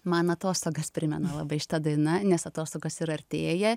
man atostogas primena labai šita daina nes atostogos ir artėja